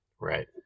Right